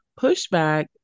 pushback